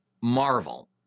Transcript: marvel